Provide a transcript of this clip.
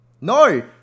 No